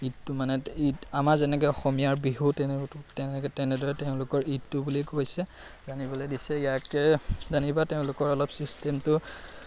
ঈদটো মানে ঈদ আমাৰ যেনেকৈ অসমীয়াৰ বিহু তেনেকৈ তেনেদৰে তেওঁলোকৰ ঈদটো বুলিয়ে কৈছে জানিবলৈ দিছে ইয়াকে যেনিবা তেওঁলোকৰ অলপ চিষ্টেমটো